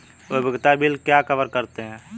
उपयोगिता बिल क्या कवर करते हैं?